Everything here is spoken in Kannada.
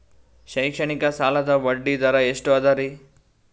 ಶೈಕ್ಷಣಿಕ ಸಾಲದ ಬಡ್ಡಿ ದರ ಎಷ್ಟು ಅದರಿ?